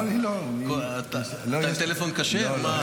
אתה עם טלפון כשר?